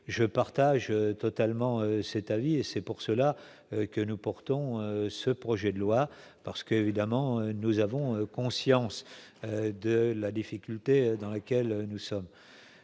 je partage totalement c'est et c'est pour cela que nous portons ce projet de loi parce que évidemment nous avons conscience de la difficulté dans laquelle nous sommes,